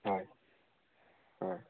হয় হয়